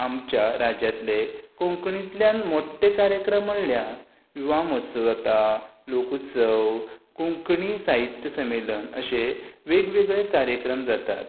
आमच्या राज्यांतले कोंकणीतल्यान मोठ्ठे कार्यक्रम म्हणल्यार युवा महोत्सव जाता लोकोत्सव कोंकणी साहित्य संमेलन अशें वेगवेगळे कार्यक्रम जातात